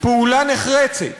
פעולה נחרצת